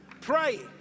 Pray